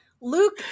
Luke